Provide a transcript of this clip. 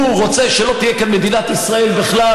הוא רוצה שלא תהיה כאן מדינת ישראל בכלל,